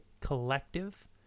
collective